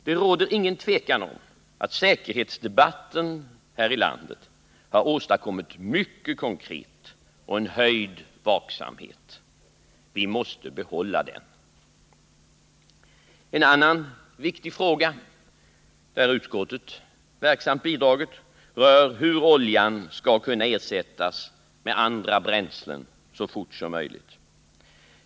Det råder inget tvivel om att säkerhetsdebatten här i landet har åstadkommit mycket konkret och en höjd vaksamhet. Vi måste behålla denna. En annan viktig fråga, där utskottet verksamt bidragit, rör hur oljan skall kunna ersättas med andra bränslen så fort som möjligt.